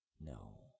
no